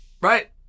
right